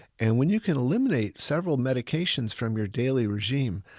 and when you can eliminate several medications from your daily regime,